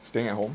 staying at home